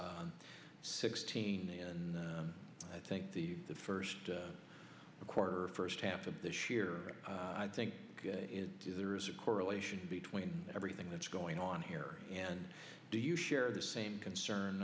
on sixteenth and i think the first quarter first half of this year i think there is a correlation between everything that's going on here and do you share the same concern